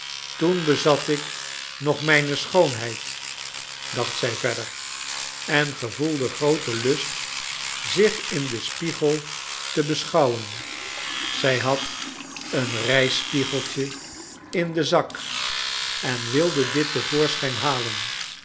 toen bezat ik nog mijn schoonheid dacht zij verder en gevoelde grooten lust zich in den spiegel te beschouwen zij had een reisspiegeltje in den zak en wilde dit te voorschijn halen